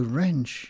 Wrench